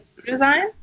design